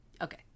Okay